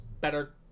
Better